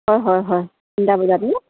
হয় হয় হয় তিনিটা বজাত ন